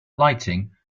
lighting